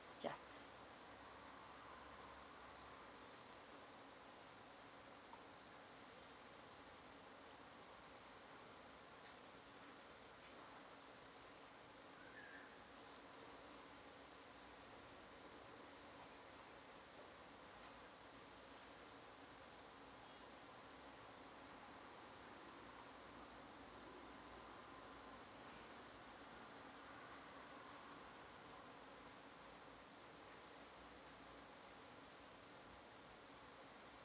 ya